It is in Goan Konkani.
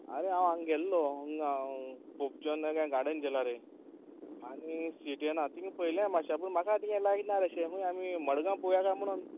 आरे हांव हांगां गेल्लो हिंगां पोप जॉनाल्या गे गाडन गेला रे आनी सीट येवन आं थिंग पयल्या माश्शा पूण म्हाका ती यें लायक ना रे अशें खंय आमी मडगांव पळोवया काय म्हणून